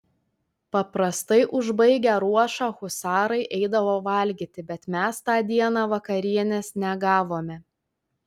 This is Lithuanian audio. paprastai užbaigę ruošą husarai eidavo valgyti bet mes tą dieną vakarienės negavome